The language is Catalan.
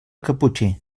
caputxí